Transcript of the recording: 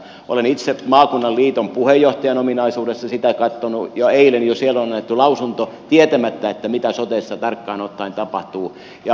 olen itse maakunnan liiton puheenjohtajan ominaisuudessa sitä katsonut ja eilen siellä on jo annettu lausunto tietämättä mitä sotessa tarkkaan ottaen tapahtuu